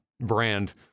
brand